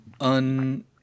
un